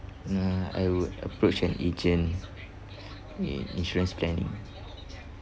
uh I would approach an agent in insurance planning